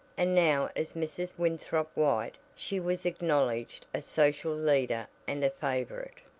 and now as mrs. winthrop white she was acknowledged a social leader and a favorite.